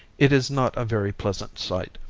it is not a very pleasant sight,